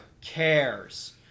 cares